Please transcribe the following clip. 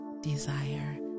desire